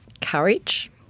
courage